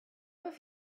have